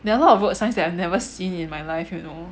there are a lot of road signs that I've never seen in my life you know